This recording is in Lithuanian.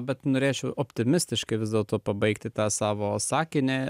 bet norėčiau optimistiškai vis dėlto pabaigti tą savo sakinį